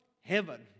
heaven